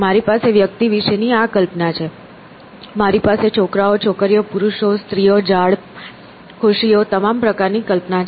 મારી પાસે વ્યક્તિ વિશે ની આ કલ્પના છે મારી પાસે છોકરાઓ છોકરીઓ પુરુષો સ્ત્રીઓ ઝાડ ખુરશીઓ તમામ પ્રકારની કલ્પનાઓ છે